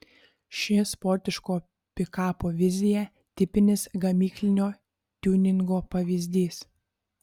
ši sportiško pikapo vizija tipinis gamyklinio tiuningo pavyzdys